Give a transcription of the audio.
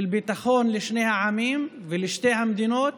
של ביטחון לשני העמים ולשתי המדינות